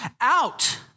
out